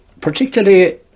particularly